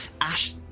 Ash